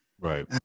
Right